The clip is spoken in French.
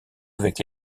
avec